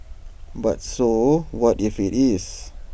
but so what if IT is